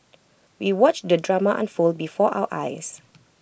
we watched the drama unfold before our eyes